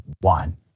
one